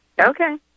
okay